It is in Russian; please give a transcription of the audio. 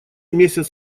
месяц